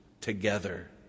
together